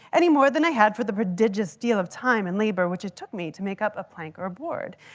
anymore than i had for the prodigious deal of time and labor which it took me to make up a plank or a board.